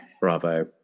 Bravo